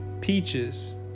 Peaches